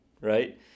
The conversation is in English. right